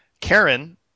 Karen